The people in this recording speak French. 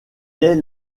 est